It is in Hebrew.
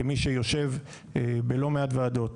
כמי שיושב בלא מעט ועדות,